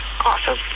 Awesome